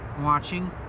watching